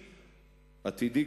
עתידי,